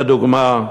לדוגמה,